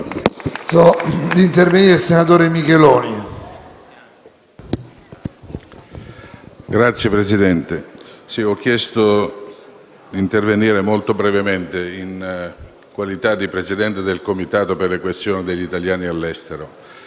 Signor Presidente, ho chiesto di intervenire molto brevemente in qualità di Presidente del Comitato per le questioni degli italiani all'estero,